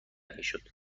میشد